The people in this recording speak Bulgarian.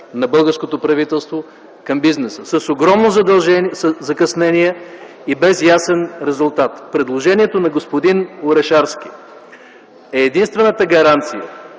на българското правителство към бизнеса, с огромно закъснение и без ясен резултат. Предложението на господин Орешарски е единствената гаранция,